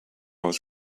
was